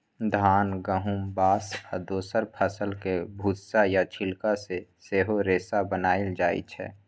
धान, गहुम, बाँस आ दोसर फसलक भुस्सा या छिलका सँ सेहो रेशा बनाएल जाइ छै